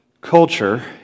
culture